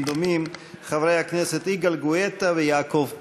דומים: חברי הכנסת יגאל גואטה ויעקב פרי.